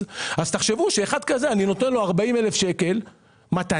ואז אני נותן לו 40,000 ₪ במתנה,